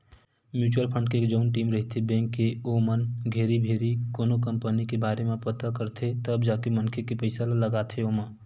mutual fund के जउन team रहिथे बेंक के ओमन घेरी भेरी कोनो कंपनी के बारे म पता करथे तब जाके मनखे के पइसा ल लगाथे ओमा